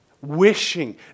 wishing